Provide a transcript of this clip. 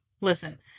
Listen